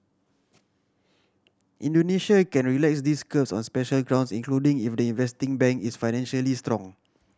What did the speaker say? Indonesia can relax these curbs on special grounds including if the investing bank is financially strong